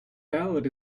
ballad